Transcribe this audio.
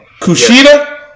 Kushida